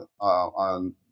on